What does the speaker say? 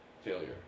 failure